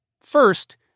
First